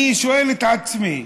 אני שואל את עצמי,